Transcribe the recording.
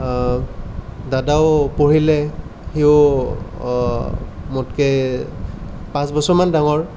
দাদাও পঢ়িলে সিও মোতকৈ পাঁচবছৰমান ডাঙৰ